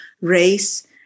race